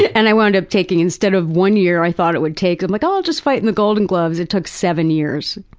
and i wound up taking, instead of one year, i thought it would take, um like oh, i'll just fight in the golden gloves. it took seven years.